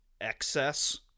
excess